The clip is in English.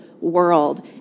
world